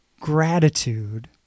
gratitude